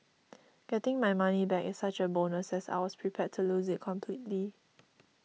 getting my money back is such a bonus as I was prepared to lose it completely